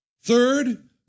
Third